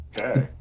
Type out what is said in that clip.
Okay